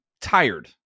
tired